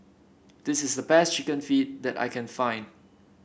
this is the best chicken feet that I can find